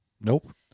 Nope